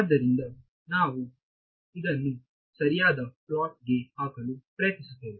ಆದ್ದರಿಂದ ನಾವು ಇದನ್ನು ಸರಿಯಾದ ಪ್ಲಾಟ್ ಗೆ ಹಾಕಲು ಪ್ರಯತ್ನಿಸುತ್ತೇವೆ